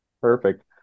Perfect